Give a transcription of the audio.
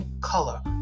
color